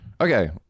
Okay